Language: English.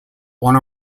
one